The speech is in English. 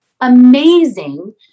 amazing